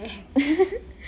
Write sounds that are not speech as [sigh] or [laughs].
[laughs]